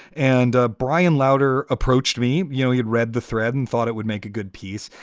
and ah brian louder approached me. you know, he had read the thread and thought it would make a good piece.